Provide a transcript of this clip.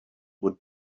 would